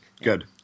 good